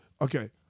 Okay